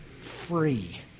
free